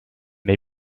may